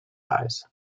eyes